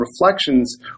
reflections